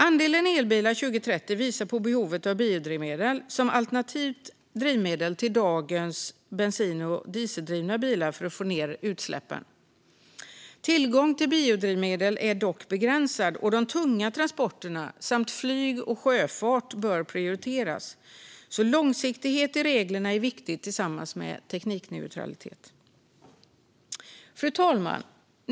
Andelen elbilar 2030 visar på behovet av biodrivmedel som alternativt drivmedel till dagens bensin och dieseldrivna bilar för att få ned utsläppen. Tillgången till biodrivmedel är dock begränsad, och de tunga transporterna samt flyg och sjöfart bör prioriteras. Långsiktighet i reglerna är viktigt tillsammans med teknikneutralitet. Fru talman!